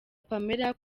pamela